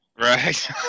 Right